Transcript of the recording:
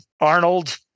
Arnold